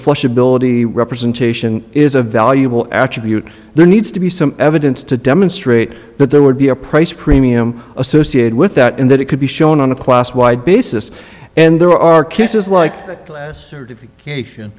ability representation is a valuable attribute there needs to be some evidence to demonstrate that there would be a price premium associated with that and that it could be shown on a class wide basis and there are cases like